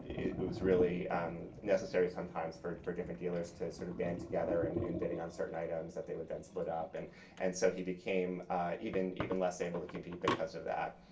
it was really um necessary sometimes for for different dealers to sort of ban together and in bidding on certain items that they would then split up. and and so he became even even less able to compete because of that.